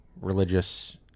religious